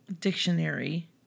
dictionary